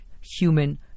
human